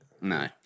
No